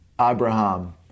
Abraham